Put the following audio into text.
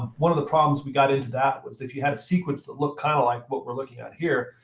one of the problems we got into that was, if you had a sequence that look kind of like what we're looking at here,